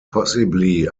possibly